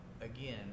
again